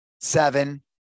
seven